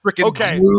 okay